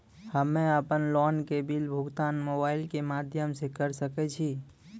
हम्मे अपन लोन के बिल भुगतान मोबाइल के माध्यम से करऽ सके छी?